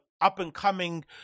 up-and-coming